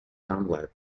dunlap